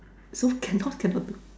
so cannot cannot do